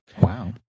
Wow